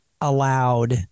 allowed